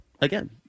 again